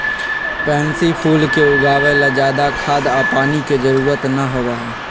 pansy फूल के उगावे ला ज्यादा खाद और पानी के जरूरत ना होबा हई